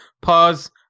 pause